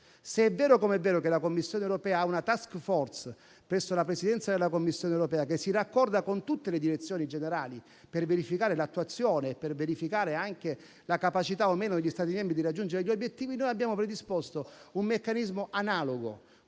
Se è vero, come è vero, che la Commissione europea ha una *task force* presso la sua Presidenza, che si raccorda con tutte le direzioni generali per verificare l'attuazione e la capacità o meno degli Stati membri di raggiungere gli obiettivi, noi abbiamo predisposto un meccanismo analogo